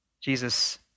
Jesus